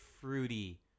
fruity